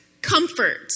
Comfort